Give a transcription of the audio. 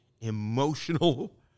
emotional